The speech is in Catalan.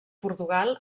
portugal